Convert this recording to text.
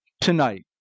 tonight